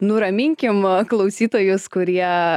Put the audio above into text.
nuraminkim klausytojus kurie